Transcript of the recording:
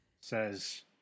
says